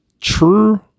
true